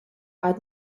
i’d